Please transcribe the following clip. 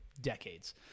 decades